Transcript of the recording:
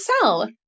sell